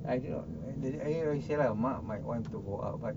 I don't know that day ayah say lah mak might want to go out but